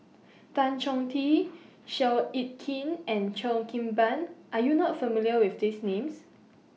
Tan Chong Tee Seow Yit Kin and Cheo Kim Ban Are YOU not familiar with These Names